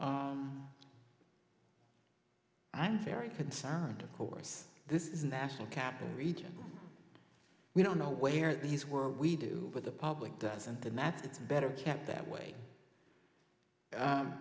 issue i'm very concerned of course this is a national capital region we don't know where these work we do but the public doesn't and that's better kept that way